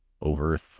over